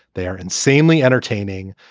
they are insanely entertaining.